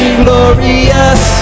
glorious